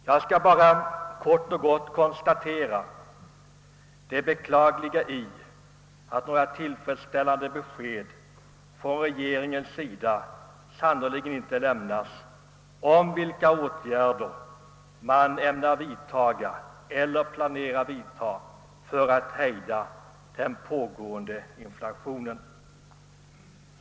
Jag skall bara kort och gott konstatera det beklagliga i att några tillfredsställande besked från regeringens sida sannerligen inte lämnats om vilka åtgärder man vidtagit eller planerar vidtaga för att hejda den pågående inflationen.